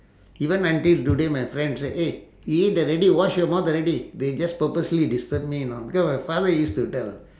even until today my friend say eh you eat already wash your mouth already they just purposely disturb me know because my father used to tell